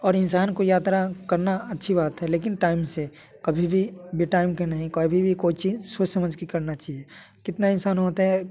और इंसान को यात्रा करना अच्छी बात है लेकिन टाइम से कभी भी बे टाइम के नहीं कभी भी कोई चीज सोच समझ के करना चाहिए कितना इंसान होता है